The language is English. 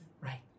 right